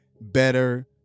better